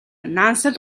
нансал